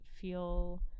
feel